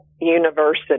University